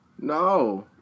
No